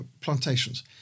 plantations